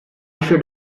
should